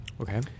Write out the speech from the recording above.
Okay